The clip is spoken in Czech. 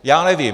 Já nevím.